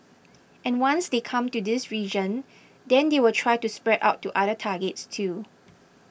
and once they come to this region then they will try to spread out to other targets too